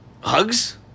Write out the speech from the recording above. Hugs